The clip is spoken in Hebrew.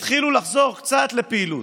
הם התחילו לחזור קצת לפעילות,